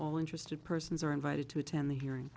all interested persons are invited to attend the hearing